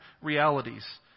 realities